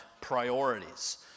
priorities